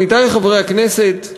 עמיתי חברי הכנסת,